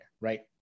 right